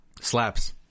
Slaps